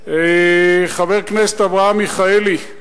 חבר הכנסת אברהם מיכאלי,